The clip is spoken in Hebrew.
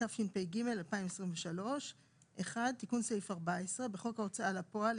התשפ"ג 2023 תיקון סעיף 141. בחוק ההוצאה לפועל,